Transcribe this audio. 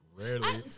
rarely